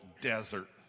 desert